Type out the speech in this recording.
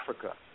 Africa